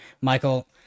Michael